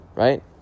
right